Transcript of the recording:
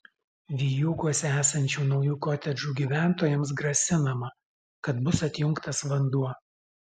vijūkuose esančių naujų kotedžų gyventojams grasinama kad bus atjungtas vanduo